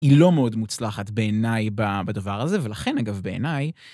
היא לא מאוד מוצלחת בעיניי בדבר הזה, ולכן אגב, בעיניי.